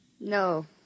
No